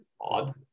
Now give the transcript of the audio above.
odd